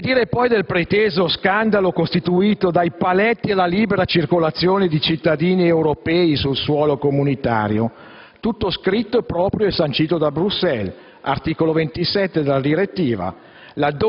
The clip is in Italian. Che dire poi del preteso scandalo costituito dai paletti alla libera circolazione di cittadini europei sul suolo comunitario? Tutto scritto e sancito proprio da Bruxelles all'articolo 27 della direttiva,